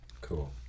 Cool